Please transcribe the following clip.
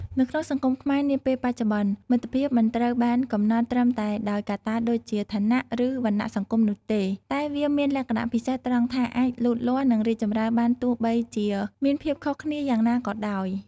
នៅក្នុងសង្គមខ្មែរនាពេលបច្ចុប្បន្ន មិត្តភាពមិនត្រូវបានកំណត់ត្រឹមតែដោយកត្តាដូចជាឋានៈ ឬវណ្ណៈសង្គមនោះទេ តែវាមានលក្ខណៈពិសេសត្រង់ថាអាចលូតលាស់និងរីកចម្រើនបានទោះបីជាមានភាពខុសគ្នាយ៉ាងណាក៏ដោយ។